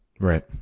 Right